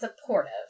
supportive